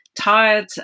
tired